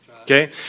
okay